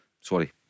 sorry